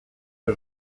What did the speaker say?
que